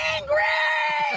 Angry